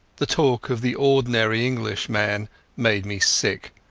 the talk of the ordinary englishman made me sick.